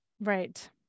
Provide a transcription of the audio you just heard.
Right